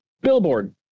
billboard